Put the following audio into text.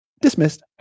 Dismissed